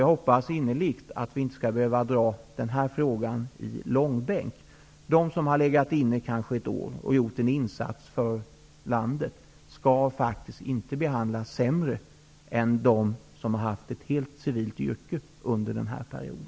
Jag hoppas innerligt att vi inte skall behöva dra denna fråga i långbänk. De som har legat inne kanske ett år och gjort en insats för landet skall faktiskt inte behandlas sämre än dem som har haft ett helt civilt yrke under samma period.